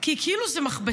כי זה כאילו מכבסה.